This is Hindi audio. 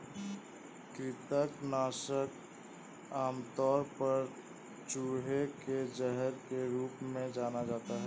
कृंतक नाशक आमतौर पर चूहे के जहर के रूप में जाना जाता है